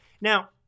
Now